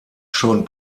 schon